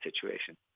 situation